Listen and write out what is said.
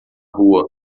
rua